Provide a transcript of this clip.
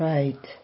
Right